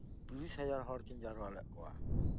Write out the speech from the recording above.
ᱯᱮ ᱜᱮᱞ ᱦᱟᱡᱟᱨ ᱦᱚᱲ ᱠᱤᱱ ᱡᱟᱣᱨᱟ ᱞᱮᱫ ᱠᱚᱣᱟ